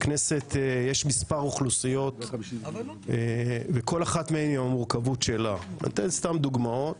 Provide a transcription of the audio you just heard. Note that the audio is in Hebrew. בכנסת יש מספר אוכלוסיות וכל אחת מהן עם המורכבות שלה אתן דוגמאות: